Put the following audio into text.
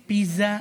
פיז"ה?